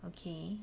okay